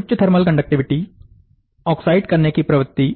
उच्च thermal conductivity oxide करने की प्रवृत्ति